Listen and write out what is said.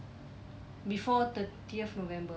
before thirtieth november